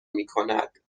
میکند